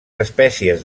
espècies